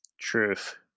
Truth